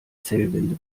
zellwände